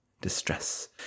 distress